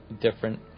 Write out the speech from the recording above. different